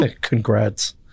Congrats